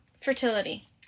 fertility